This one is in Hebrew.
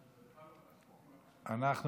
אני רוצה לאחל לו הצלחה.